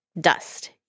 dust